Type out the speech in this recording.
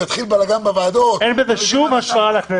אם יתחיל בלגן בוועדות --- אין בזה שום השפעה על הכנסת.